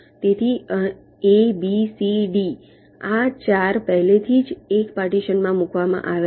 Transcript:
તેથી A B C D આ 4 પહેલેથી જ એક પાર્ટીશનમાં મૂકવામાં આવ્યા છે